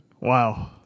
Wow